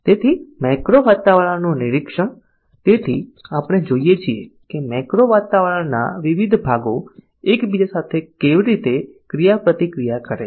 તેથી મેક્રો વાતાવરણનું નિરીક્ષણ તેથી આપણે જોઈએ છીએ કે મેક્રો વાતાવરણના વિવિધ ભાગો એકબીજા સાથે કેવી રીતે ક્રિયાપ્રતિક્રિયા કરે છે